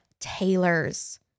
tailors